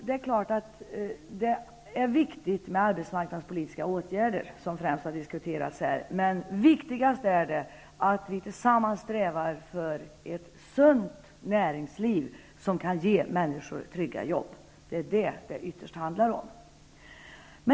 Det är klart att det är viktigt med arbetsmarknadspolitiska åtgärder, som främst har diskuterats här, men det viktigaste är att vi tillsammans strävar mot ett sunt näringsliv som kan ge människor trygga jobb. Det är det det ytterst handlar om.